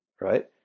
Right